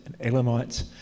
Elamites